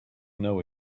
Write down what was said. know